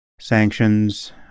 sanctions